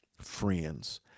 friends